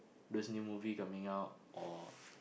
those new movie coming out or